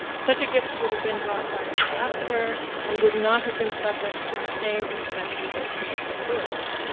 such a gift would have been brought by an ambassador and would not have been subject to the same inspections as commercial goods.